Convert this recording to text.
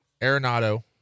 Arenado